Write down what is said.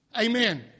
Amen